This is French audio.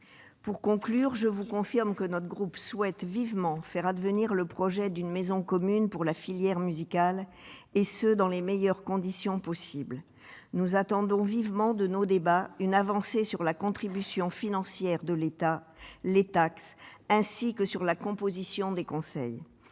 des amendements. Je confirme que le groupe du RDSE souhaite vivement faire advenir la création d'une maison commune pour la filière musicale, et ce dans les meilleures conditions possible. Nous attendons de nos débats une avancée sur la contribution financière de l'État et les taxes, ainsi que sur la composition des conseils,